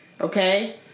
Okay